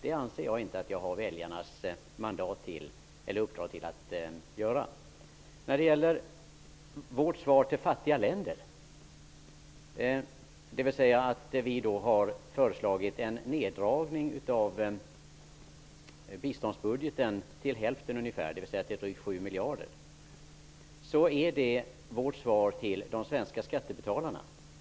När det gäller vårt svar till människor i fattiga länder vill jag säga att vi har föreslagit en neddragning av biståndsbudgeten med ungefär hälften, nämligen till ca 7 miljarder. Det är vårt svar till de svenska skattebetalarna.